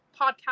podcast